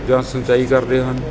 ਜਾਂ ਸਿੰਚਾਈ ਕਰਦੇ ਹਨ